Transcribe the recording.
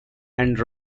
and